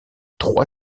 trois